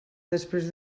després